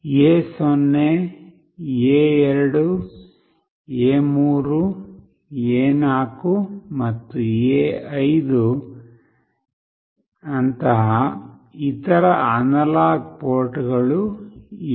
A0 A2 A3 A4 ಮತ್ತು A5 ನಂತಹ ಇತರ ಅನಲಾಗ್ port ಗಳೂ ಇವೆ